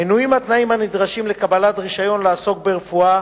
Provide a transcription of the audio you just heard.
מנויים התנאים הנדרשים לקבלת רשיון לעסוק ברפואה,